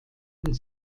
und